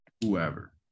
whoever